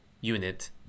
unit